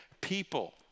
people